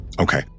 Okay